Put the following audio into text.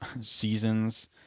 seasons